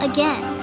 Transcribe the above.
Again